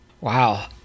Wow